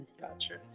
Gotcha